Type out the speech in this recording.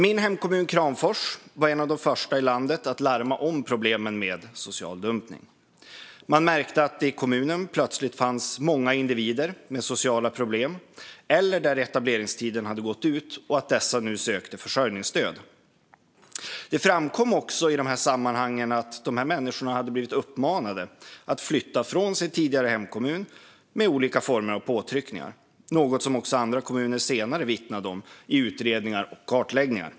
Min hemkommun Kramfors var en av de första i landet att larma om problemen med social dumpning. Man märkte att det i kommunen plötsligt fanns många individer med sociala problem och individer vars etableringstid hade gått ut och att dessa nu sökte försörjningsstöd. Det framkom också att dessa människor hade blivit uppmanade att flytta från sin tidigare hemkommun med olika former av påtryckningar. Detta var något som också andra kommuner senare vittnade om i utredningar och kartläggningar.